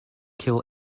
kill